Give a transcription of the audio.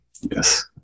Yes